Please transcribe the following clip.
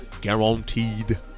guaranteed